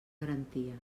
garanties